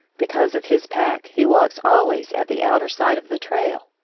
because of his pack he walks always at the outer side of the trail.